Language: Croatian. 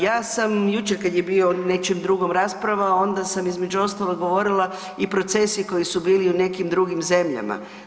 Ja sam jučer kad je bio o nečem drugom rasprava, onda sam između ostalog i govorila i procesi koji su bili u nekim drugim zemljama.